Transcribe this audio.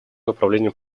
направлениям